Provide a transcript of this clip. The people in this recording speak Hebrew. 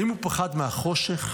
האם הוא פחד מהחושך?